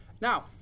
Now